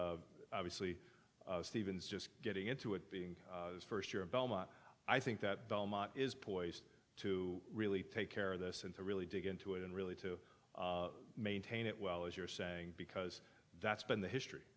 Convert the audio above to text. and obviously stevens just getting into it being first year of belmont i think that belmont is poised to really take care of this and to really dig into it and really to maintain it well as you're saying because that's been the history